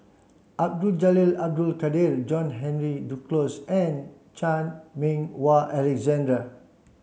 Abdul Jalil Abdul Kadir John Henry Duclos and Chan Meng Wah Alexander